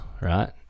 right